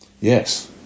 Yes